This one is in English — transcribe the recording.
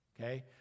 Okay